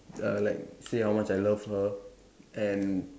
uh like say how much I love her and